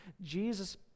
Jesus